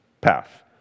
path